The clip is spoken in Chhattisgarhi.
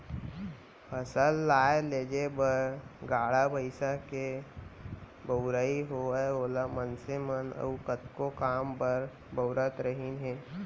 फसल लाए लेजे बर गाड़ा भईंसा के बउराई होवय ओला मनसे मन अउ कतको काम बर बउरत रहिन हें